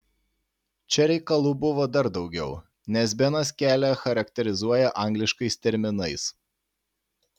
čia reikalų buvo dar daugiau nes benas kelią charakterizuoja angliškais terminais